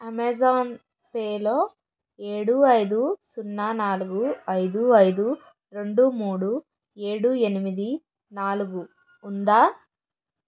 Amazon పేలో ఏడు ఐదు సున్న నాలుగు ఐదు ఐదు రెండు మూడు ఏడు ఎనిమిది నాలుగు ఉందా